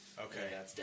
Okay